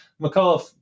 McAuliffe